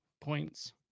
points